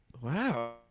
wow